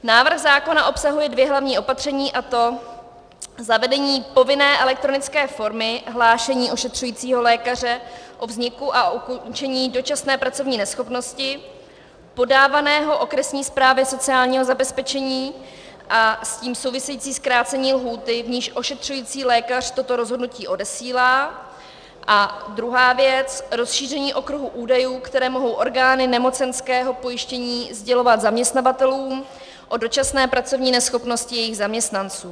Návrh zákona obsahuje dvě hlavní opatření, a to zavedení povinné elektronické formy hlášení ošetřujícího lékaře o vzniku a ukončení dočasné pracovní neschopnosti podávaného okresní správě sociálního zabezpečení a s tím související zkrácení lhůty, v níž ošetřující lékař toto rozhodnutí odesílá, a druhá věc, rozšíření okruhu údajů, které mohou orgány nemocenského pojištění sdělovat zaměstnavatelům o dočasné pracovní neschopnosti jejich zaměstnanců.